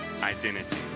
Identity